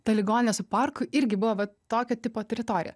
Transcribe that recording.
ta ligoninė su parku irgi buvo va tokio tipo teritorija